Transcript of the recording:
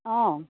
অঁ